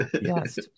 Yes